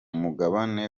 mugabane